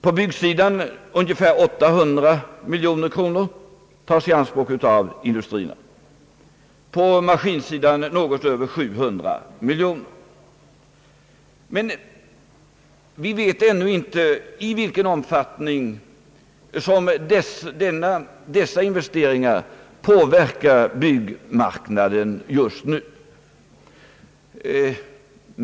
På byggsidan tas ungefär 800 miljoner kronor i anspråk av industrierna, på maskinsidan något över 700 miljoner kronor, Men vi vet ännu inte i vilken omfattning dessa investeringar påverkar byggmarknaden just nu.